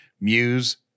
Muse